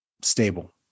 stable